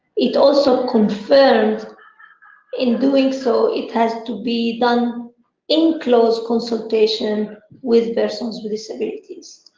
it also confirmed in doing so it has to be done in close consultation with persons with disabilities.